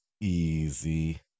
Easy